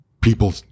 people –